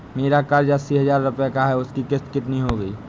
मेरा कर्ज अस्सी हज़ार रुपये का है उसकी किश्त कितनी होगी?